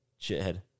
shithead